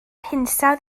hinsawdd